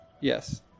Yes